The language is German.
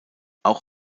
auch